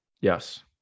Yes